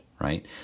right